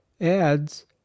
adds